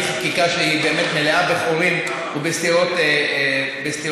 חקיקה שהיא באמת מלאה בחורים ובסתירות פנימיות.